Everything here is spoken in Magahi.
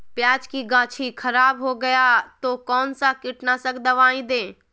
प्याज की गाछी खराब हो गया तो कौन सा कीटनाशक दवाएं दे?